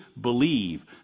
believe